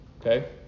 Okay